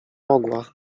mogła